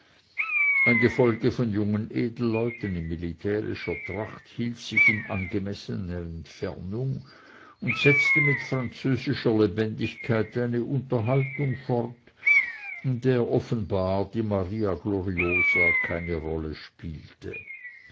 ein gefolge von jungen edelleuten in militärischer tracht hielt sich in angemessener entfernung und setzte mit französischer lebendigkeit eine unterhaltung fort in der offenbar die maria gloriosa keine rolle spielte